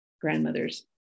grandmothers